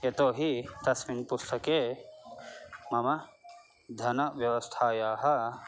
यतो हि तस्मिन् पुस्तके मम धनव्यवस्थायाः